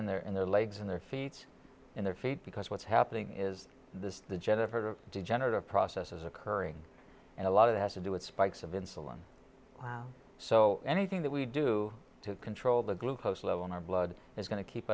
in their in their legs in their feet in their feet because what's happening is this the jennifer degenerative process is occurring and a lot of has to do with spikes of insulin wow so anything that we do to control the glucose level in our blood is going to keep